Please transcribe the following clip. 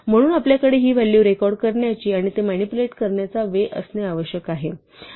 म्हणून आपल्याकडे ही व्हॅलू रेकॉर्ड करण्याची आणि तो म्यानिप्युलेट करण्याचा वे असणे आवश्यक आहे